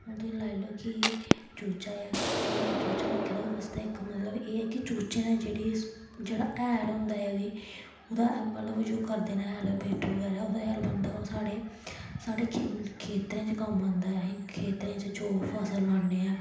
हून तुही लाई लैओ कि चूचा ऐ ठीक ऐ चूचा रक्खे दा ओह्दे बास्तै इक मतलब एह् ऐ कि चूचें दा जेह्ड़ी जेह्ड़ा हैल होंदा ऐ ओह्दी ओह्दा मतलब उइयो करदे न हैल बिट्ठ बगैरा ओह्दा हैल बनदा ओह् साढ़े साढ़े खिन खेतरें च कम्म औंदा ऐ आहीं खेतरें च जो फसल लान्ने आं